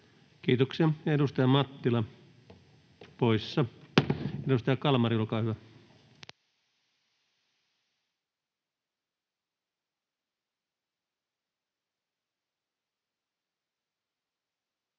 Kiitoksia. — Ja edustaja Mattila poissa. — Edustaja Kalmari, olkaa hyvä.